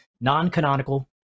non-canonical